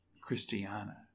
Christiana